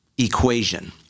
equation